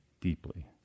deeply